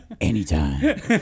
Anytime